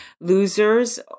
loser's